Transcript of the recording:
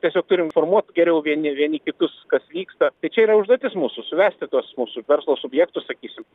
tiesiog turim informuot geriau vieni vieni kitus kas vyksta tai čia yra užduotis mūsų suvesti tuos mūsų verslo subjektus sakysim